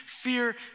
fear